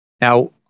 Now